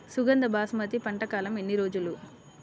సుగంధ బాసుమతి పంట కాలం ఎన్ని రోజులు?